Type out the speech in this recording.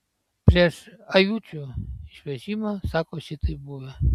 prieš ajučių išvežimą sako šitaip buvę